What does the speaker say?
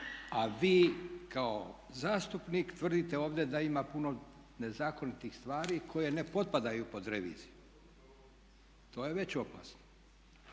A vi kao zastupnik tvrdite ovdje da ima puno nezakonitih stvari koje ne potpadaju pod reviziju. To je već opasno.